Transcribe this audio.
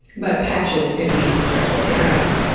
but patches could be stress related. correct.